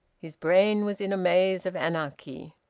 his brain was in a maze of anarchy.